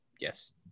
yes